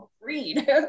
read